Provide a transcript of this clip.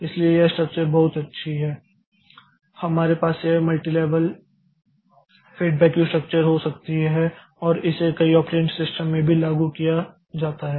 इसलिए यह स्ट्रक्चर बहुत अच्छी है हमारे पास यह मल्टीलेवल फीडबैक क्यू स्ट्रक्चर हो सकती है और इसे कई ऑपरेटिंग सिस्टम में भी लागू किया जाता है